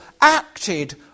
acted